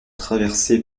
traversée